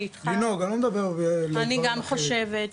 אני גם חושבת,